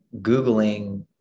Googling